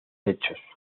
hechos